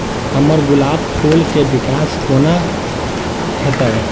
हम्मर गुलाब फूल केँ विकास कोना हेतै?